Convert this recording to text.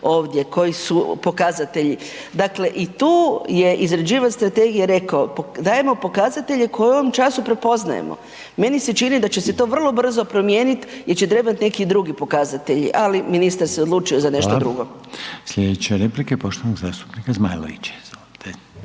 ovdje koji su pokazatelji. Dakle i tu je izrađivač strategije rekao, dajemo pokazatelje koje u ovom času prepoznajemo. Meni se čini da će se to vrlo brzo promijeniti jer će trebati neki drugi pokazatelji, ali ministar se odlučio za nešto drugo. **Reiner, Željko (HDZ)** Hvala.